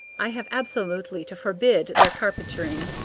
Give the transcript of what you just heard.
i had absolutely to forbid their carpentering.